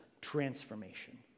transformation